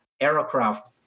aircraft